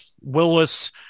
Willis